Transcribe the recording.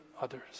others